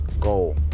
goal